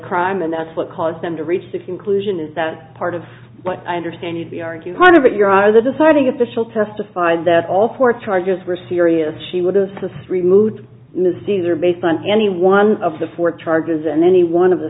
crime and that's what caused them to reach the conclusion is that part of what i understand to be argued part of it your are the deciding official testified that all four charges were serious she would have removed miss either based on any one of the four charges and any one of the